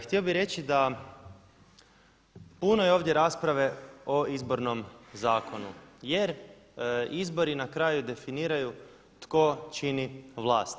Htio bi reći da puno je ovdje rasprave o Izbornom zakonu jer izbori na kraju definiraju tko čini vlast.